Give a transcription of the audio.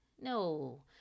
No